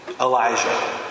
Elijah